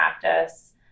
practice